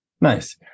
Nice